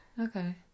Okay